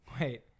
Wait